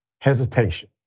hesitation